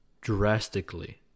drastically